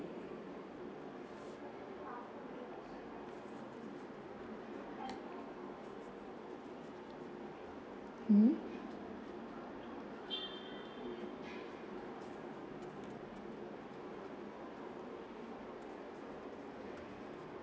mmhmm